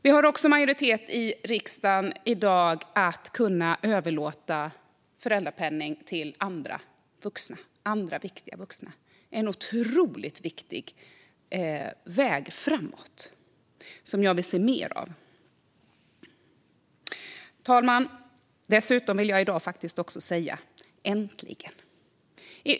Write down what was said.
Det finns också en majoritet i riksdagen i dag för att man ska kunna överlåta föräldrapenning till andra viktiga vuxna. Det är en otroligt viktig väg framåt och något som jag vill se mer av. Fru talman! Jag vill dessutom säga "Äntligen!" i dag.